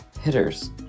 hitters